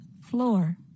floor